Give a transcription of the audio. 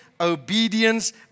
obedience